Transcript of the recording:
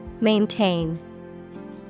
Maintain